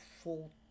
full